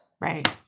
Right